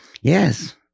Yes